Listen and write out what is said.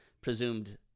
presumed